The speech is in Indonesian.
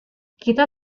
kita